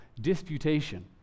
disputation